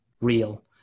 real